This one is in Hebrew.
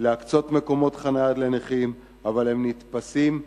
שם להקצות מקומות חנייה לנכים, אבל הם נתפסים,